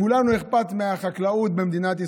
לכולנו אכפת מהחקלאות במדינת ישראל,